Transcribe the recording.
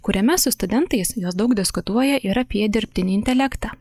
kuriame su studentais jos daug diskutuoja ir apie dirbtinį intelektą